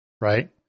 right